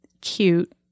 cute